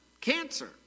Cancer